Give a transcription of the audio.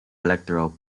electoral